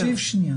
רגע, תקשיב שנייה.